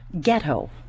Ghetto